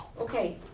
Okay